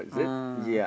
oh